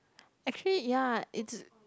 actually ya it's